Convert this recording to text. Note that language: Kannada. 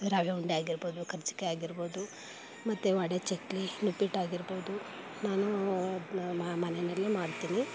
ರವೆ ಉಂಡೆ ಆಗಿರ್ಬೋದು ಕರ್ಜಿಕಾಯಿ ಆಗಿರ್ಬೋದು ಮತ್ತು ವಡೆ ಚಕ್ಕುಲಿ ನಿಪ್ಪಟ್ಟು ಆಗಿರ್ಬೋದು ನಾನು ಅದನ್ನ ಮನೆಯಲ್ಲೇ ಮಾಡ್ತೀನಿ